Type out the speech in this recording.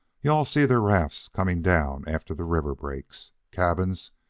you-all'll see their rafts coming down after the river breaks. cabins!